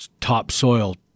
topsoil